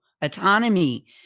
autonomy